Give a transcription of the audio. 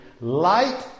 light